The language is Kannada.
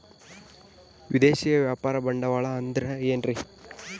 ವಿದೇಶಿಯ ವ್ಯಾಪಾರ ಬಂಡವಾಳ ಅಂದರೆ ಏನ್ರಿ?